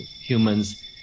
humans